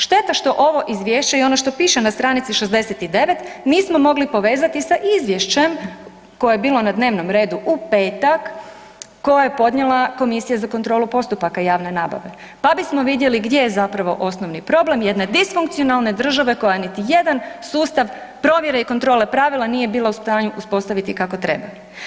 Šteta što ovo izvješće i ono što piše na stranici 69 nismo mogli povezati sa izvješćem koje je bilo na dnevnom redu u petak koje je podnijela Komisija za kontrolu postupaka javne nabave pa bismo vidjeli gdje je zapravo osnovni problem jedne disfunkcionalne države koja niti jedan sustav provjere i kontrole pravila nije bila u stanju uspostaviti kako treba.